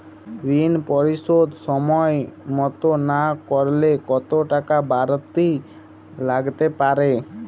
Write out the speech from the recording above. ঋন পরিশোধ সময় মতো না করলে কতো টাকা বারতি লাগতে পারে?